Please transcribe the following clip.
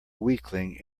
weakling